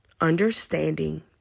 understanding